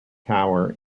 tower